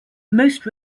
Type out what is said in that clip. most